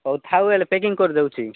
ହଉ ଥାଉ ହେଲେ ପ୍ୟାକିଙ୍ଗ୍ କରି ଦଉଛି